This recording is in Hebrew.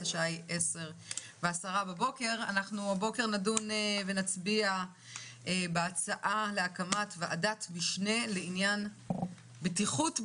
הבוקר נדון ונצביע בהצעה להקמת ועדת משנה לעניין בטיחות בעבודה,